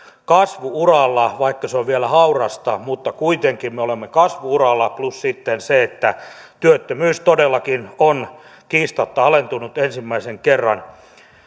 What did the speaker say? kasvu uralla vaikka se on vielä haurasta mutta kuitenkin me olemme kasvu uralla plus sitten se että työttömyys todellakin on kiistatta alentunut ensimmäisen kerran